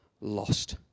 lost